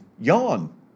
yawn